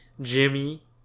Jimmy